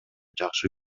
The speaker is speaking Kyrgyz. жакшы